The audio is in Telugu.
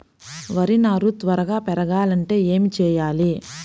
వరి నారు త్వరగా పెరగాలంటే ఏమి చెయ్యాలి?